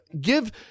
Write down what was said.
give